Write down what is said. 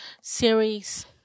series